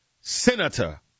Senator